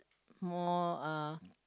more uh